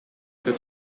het